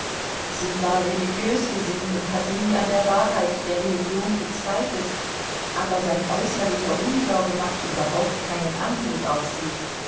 sie war religiös gesinnt und hatte nie an der wahrheit der religion gezweifelt aber sein äußerlicher unglaube machte überhaupt keinen eindruck auf sie